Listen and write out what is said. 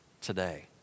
today